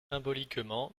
symboliquement